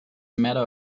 matter